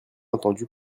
entendu